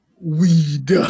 Weed